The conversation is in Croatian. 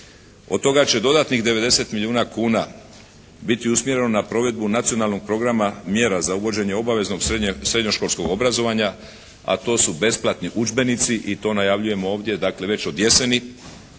Od toga će dodatnih 90 milijuna kuna biti usmjereno na provedbu Nacionalnog programa mjera za uvođenje obaveznog srednjoškolskog obrazovanja, a to su besplatni udžbenici i to najavljujemo ovdje dakle već od jeseni,